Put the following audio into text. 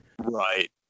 Right